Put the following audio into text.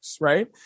Right